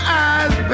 eyes